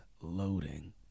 loading